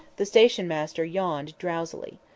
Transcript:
the station master yawned drowsily.